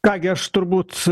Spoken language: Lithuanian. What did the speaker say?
ką gi aš turbūt